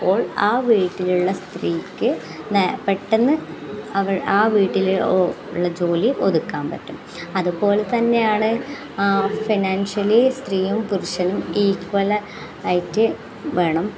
അപ്പോൾ ആ വീട്ടിലുള്ള സ്ത്രീക്ക് പെട്ടന്ന് ആ വീട്ടിൽ ഉള്ള ജോലി ഒതുക്കാൻ പറ്റും അതുപോലെ തന്നെയാണ് ഫിനാൻഷ്യലി സ്ത്രീയും പുരുഷനും ഈക്വൽ ആയിട്ട് വേണം